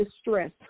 stress